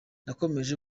yakomeje